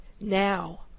now